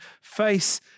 face